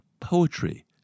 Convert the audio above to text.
poetry